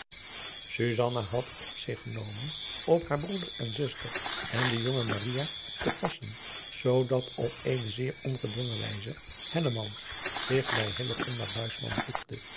had op zich genomen op haar broeder en zuster en de jonge maria te pasien zoodat op eene zeer ongedwongen wijze hellemans zich bij